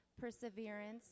perseverance